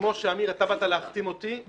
כמו שבאת להחתים אותי,